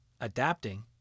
adapting